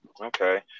Okay